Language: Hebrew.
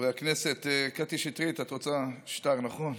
חברי הכנסת, קטי שטרית, את רוצה שטר, נכון?